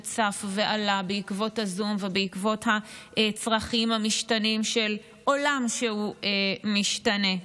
שצף ועלה בעקבות הזום ובעקבות הצרכים המשתנים של עולם שהוא משתנה,